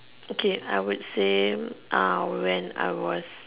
okay I would say uh when I was